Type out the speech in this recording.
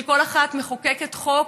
שכל אחת מחוקקת חוק